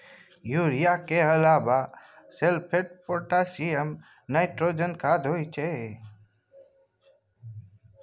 urea केर अलाबा sulphate, potassium, nitrogen खाद होइ छै